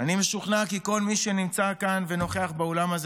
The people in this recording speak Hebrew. אני משוכנע כי כל מי שנמצא כאן ונוכח באולם הזה,